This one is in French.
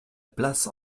place